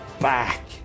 back